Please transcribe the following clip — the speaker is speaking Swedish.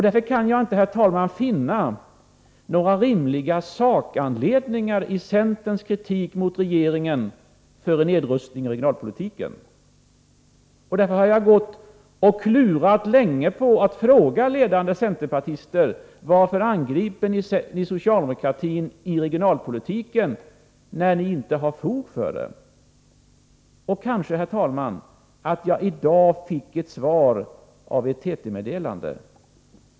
Jag kan inte finna några rimliga sakanledningar till centerns kritik mot regeringen för nedrustning av regionalpolitiken, och därför har jag gått och klurat länge på att fråga ledande centerpartister: Varför angriper ni socialdemokratin i regionalpolitiken, när ni inte har fog för det? Kanske fick jag i dag ett svar i ett TT-meddelande.